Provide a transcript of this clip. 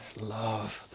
love